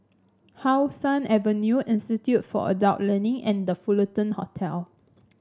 How Sun Avenue Institute for Adult Learning and The Fullerton Hotel